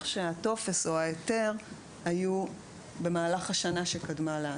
שהטופס או ההיתר היו במהלך השנה שקדמה להעסקה.